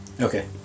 Okay